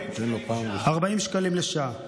40 שקלים לשעה.